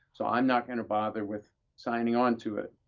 so i'm not going to bother with signing on to it.